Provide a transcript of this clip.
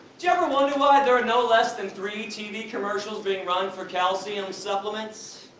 you ever wonder why there are no less than three tv commercials being run for calcium supplements.